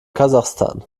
kasachstan